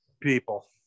People